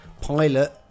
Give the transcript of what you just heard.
pilot